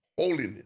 holiness